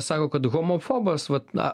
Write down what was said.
sako kad homofobas vat na